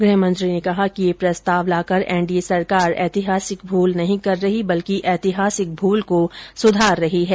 गृहमंत्री ने कहा कि यह प्रस्ताव लाकर एनडीए सरकार ऐतिहासिक भूल नहीं कर रही बल्कि ऐतिहासिक भूल को सुधार रही है